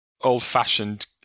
old-fashioned